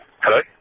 Hello